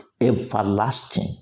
everlasting